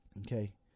Okay